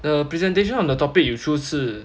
the presentation on the topic you choose 是